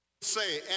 say